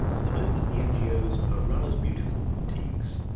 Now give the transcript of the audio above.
at the moment the ngos are run as beautiful boutiques,